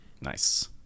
nice